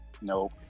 Nope